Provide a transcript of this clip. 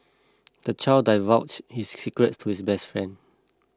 the child divulged his secrets to his best friend